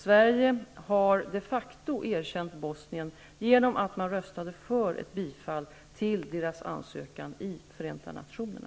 Sverige har de facto erkänt Bosnien genom att man röstade för ett bifall till dess ansökan om att bli medlem av Förenta nationerna.